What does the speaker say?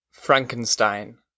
Frankenstein